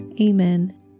Amen